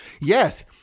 yes